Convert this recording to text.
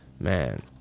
Man